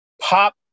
Pop